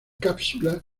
cápsula